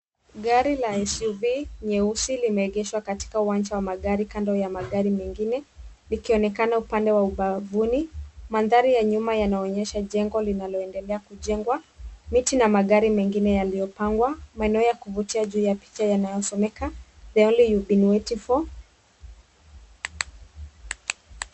Gari la SUV nyeusi limeegeshwa katika uwanja wa magari kando ya magari mengine likionekana upande wa ubavuni. Mandhari ya nyuma yanaonyesha jengo linaloendelea kujengwa. Miti na magari mengine yaliyopangwa, Maeneo ya kuvutia juu ya picha yanasomeka; The one you've been waiting for .